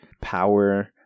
Power